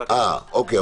אה, אוקיי.